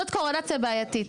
זוהי קורלציה בעייתית.